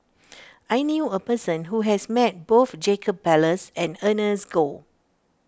I knew a person who has met both Jacob Ballas and Ernest Goh